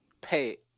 pay